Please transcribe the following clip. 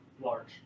Large